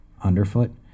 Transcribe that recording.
Underfoot